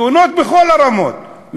תאונות בכל הרמות,